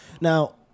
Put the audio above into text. Now